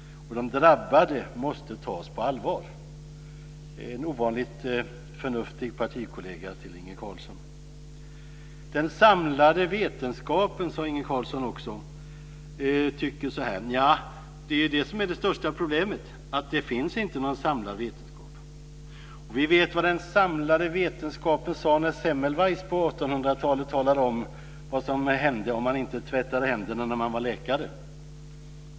De drabbade måste tas på allvar. Det är en ovanligt förnuftig partikollega till Inge Den samlade vetenskapen, sade Inge Carlsson också, tycker så här. Det är det som är det största problemet; det finns inte någon samlad vetenskap. Vi vet vad den samlade vetenskapen sade när Semmelweis på 1800-talade om vad som hände om man inte tvättade händerna när man var läkare.